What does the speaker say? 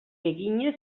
eginez